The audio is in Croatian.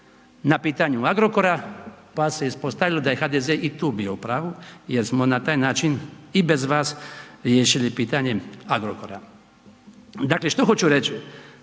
na pitanju Agrokora, pa se ispostavilo da je HDZ i tu bio u pravu jer smo na taj način i bez vas riješili pitanje Agrokora. Dakle, što hoću reći?